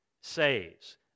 saves